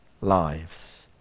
lives